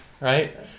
Right